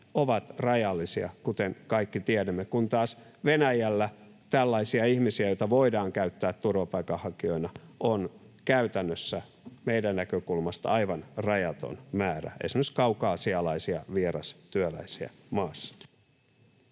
ovat rajallisia, kuten kaikki tiedämme, kun taas Venäjällä tällaisia ihmisiä, joita voidaan käyttää turvapaikanhakijoina, on käytännössä meidän näkökulmastamme aivan rajaton määrä, esimerkiksi kaukasialaisia vierastyöläisiä maassa.